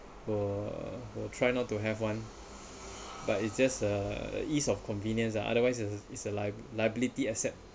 were will try not to have one but it's just uh ease of convenience ah otherwise it's a li~ liability asset